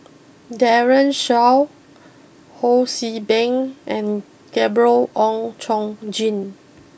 Daren Shiau Ho see Beng and Gabriel Oon Chong Jin